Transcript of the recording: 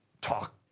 talk